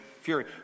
fury